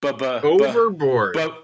Overboard